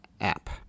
app